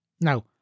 Now